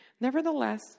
nevertheless